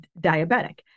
diabetic